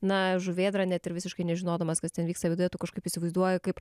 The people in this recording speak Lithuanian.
na žuvėdra net ir visiškai nežinodamas kas ten vyksta viduje kažkaip įsivaizduoju kaip